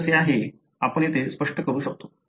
ते कसे आहे आपण येथे स्पष्ट करू शकतो